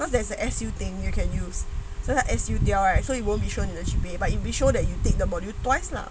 because there is a S_U thing that you can use so long as you do right so you won't be shown in your G_P_A so you should only take the module twice lah